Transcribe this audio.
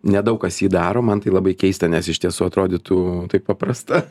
nedaug kas jį daro man tai labai keista nes iš tiesų atrodytų taip paprasta